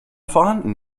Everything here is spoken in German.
vorhanden